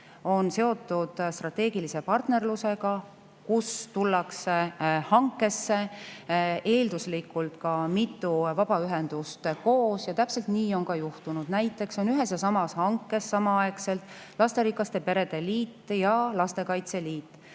on seotud strateegilise partnerlusega, mille puhul tullakse hankesse, eelduslikult ka mitu vabaühendust koos. Ja täpselt nii on ka juhtunud. Näiteks on ühes ja samas hankes samaaegselt [Eesti] Lasterikaste Perede Liit ja Lastekaitse Liit.